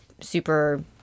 super